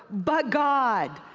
but god,